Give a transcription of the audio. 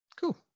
Cool